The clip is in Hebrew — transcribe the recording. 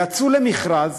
יצאו למכרז,